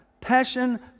Passion